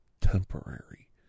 temporary